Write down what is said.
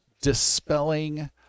dispelling